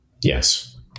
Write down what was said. Yes